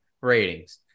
ratings